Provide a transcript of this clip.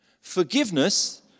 forgiveness